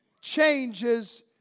changes